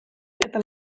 eta